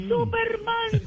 Superman